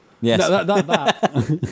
Yes